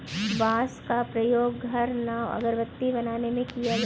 बांस का प्रयोग घर, नाव और अगरबत्ती बनाने में किया जाता है